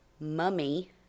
Mummy